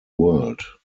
world